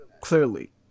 Clearly